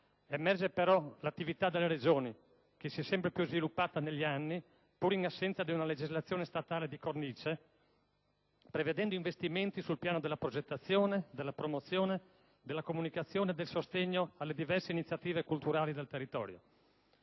emerge però l'attività delle Regioni, che si è sempre più sviluppata negli anni, pur in assenza di una legislazione statale di cornice, prevedendo investimenti sul piano della progettazione, della promozione, della comunicazione e del sostegno alle diverse iniziative culturali del territorio.